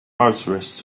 motorists